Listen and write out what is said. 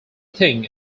think